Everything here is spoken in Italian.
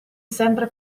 sempre